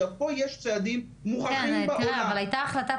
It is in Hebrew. פה יש צעדים מוכחים בעולם --- אבל הייתה החלטת